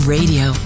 Radio